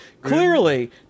clearly